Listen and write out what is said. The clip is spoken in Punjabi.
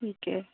ਠੀਕ ਹੈ